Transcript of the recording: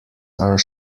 are